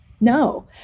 No